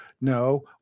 no